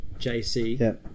JC